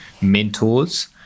mentors